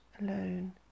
alone